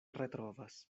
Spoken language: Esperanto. retrovas